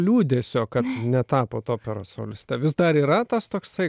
liūdesio kad netapot operos soliste vis dar yra tas toksai